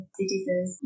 citizens